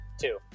Two